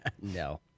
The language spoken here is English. No